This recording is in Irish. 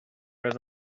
raibh